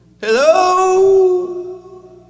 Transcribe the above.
Hello